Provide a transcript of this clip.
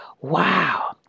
Wow